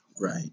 Right